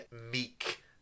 meek